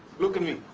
look at me.